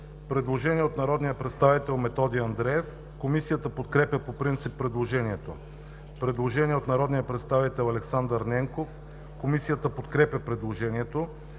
предложение от народния представител Методи Андреев. Комисията подкрепя по принцип предложението. Предложение от народния представител Вили Лилков. Комисията подкрепя по принцип